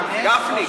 גפני,